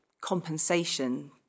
compensation